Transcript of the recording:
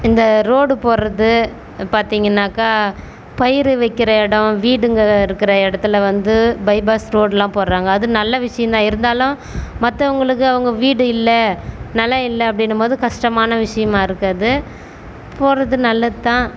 இந்த ரோடு போடுறது பார்த்தீங்கனாக்கா பயிர் வைக்கிற எடம் வீடுங்க இருக்கிற இடத்துல வந்து பைபாஸ் ரோடுலாம் போடுறாங்க அது நல்ல விஷயந்தான் இருந்தாலும் மற்றவங்களுக்கு அவங்க வீடு இல்லை நிலம் இல்லை அப்படின்னும் போது கஷ்டமான விஷயமா இருக்குது அது போடுறது நல்லது தான்